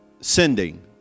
sending